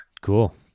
Cool